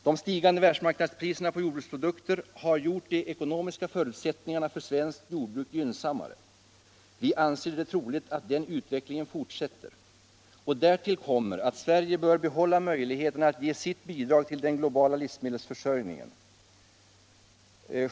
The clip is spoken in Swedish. De stigande världsmarknadspriserna på jord bruksprodukter har gjort de ekonomiska förutsättningarna för svenskt jordbruk gynnsammare. Vi anser det troligt att den utvecklingen fortsätter. Därtill kommer att Sverige bör behålla möjligheterna att ge sitt bidrag till den globala livsmedelsförsörjningen.